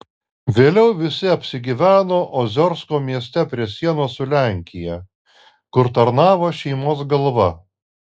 vėliau visi apsigyveno oziorsko mieste prie sienos su lenkija kur tarnavo šeimos galva